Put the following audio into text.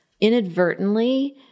inadvertently